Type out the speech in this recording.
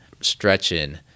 stretching